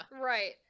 Right